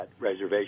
reservation